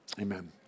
Amen